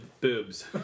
boobs